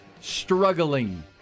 Struggling